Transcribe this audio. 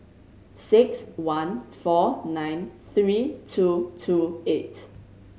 six one four nine three two two eight